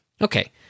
Okay